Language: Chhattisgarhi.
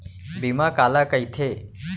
बीमा काला कइथे?